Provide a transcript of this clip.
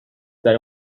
that